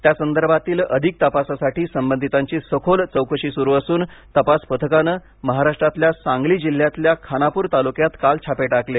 त्यासंदर्भातील अधिक तपासासाठी संबधितांची सखोल चौकशी सुरू असून तपास पथकाने महाराष्ट्रातल्या सांगली जिल्ह्यातल्या खानापूर तालुक्यात काल छापे टाकले